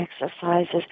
exercises